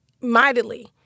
mightily